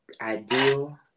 ideal